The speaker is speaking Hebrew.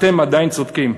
אתם עדיין צודקים.